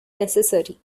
necessary